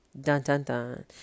dun-dun-dun